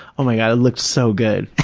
oh, my god, it looked so good.